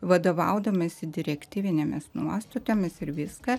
vadovaudamasi direktyvinėmis nuostatomis ir viską